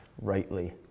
rightly